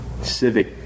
civic